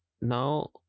Now